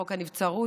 חוק הנבצרות.